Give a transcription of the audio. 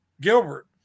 Gilbert